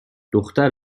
دختر